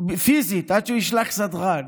פיזית, עד שהוא ישלח סדרן.